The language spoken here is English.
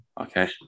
okay